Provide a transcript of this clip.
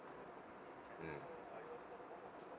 mm